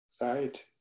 right